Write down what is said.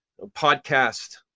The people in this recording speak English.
podcast